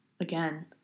Again